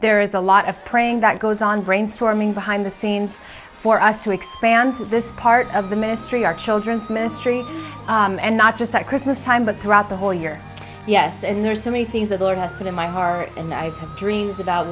there is a lot of praying that goes on brainstorming behind the scenes for us to expand this part of the ministry our children's ministry and not just at christmas time but throughout the whole year yes and there's so many things that the lord has put in my heart and i've had dreams about